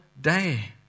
day